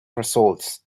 results